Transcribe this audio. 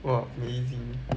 !wah! 我已经